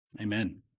Amen